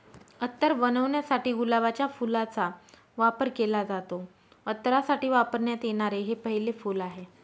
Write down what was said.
अत्तर बनवण्यासाठी गुलाबाच्या फुलाचा वापर केला जातो, अत्तरासाठी वापरण्यात येणारे हे पहिले फूल आहे